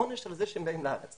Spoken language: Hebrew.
עונש על זה שבהם באים לארץ.